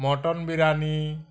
mutton biryani